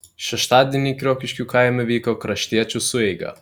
šeštadienį kriokiškių kaime vyko kraštiečių sueiga